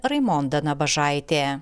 raimonda nabažaitė